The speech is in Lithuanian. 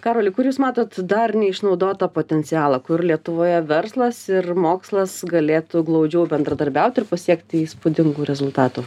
karoli kur jūs matot dar neišnaudotą potencialą kur lietuvoje verslas ir mokslas galėtų glaudžiau bendradarbiauti ir pasiekti įspūdingų rezultatų